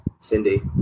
Cindy